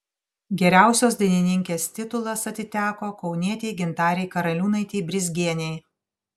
geriausios dainininkės titulas atiteko kaunietei gintarei karaliūnaitei brizgienei